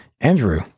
Andrew